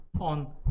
on